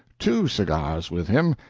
two cigars with him,